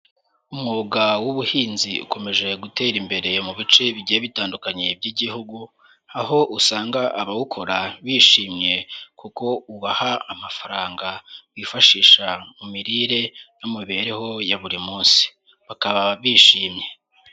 Umwuga w'ubuhinzi ukomeje gutera imbere mu bice bigiye bitandukanye by'Igihugu, aho usanga abawukora bishimye kuko ubaha amafaranga bifashisha mu mirire no mu mibereho ya buri munsi. Bakaba bishimye.